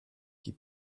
die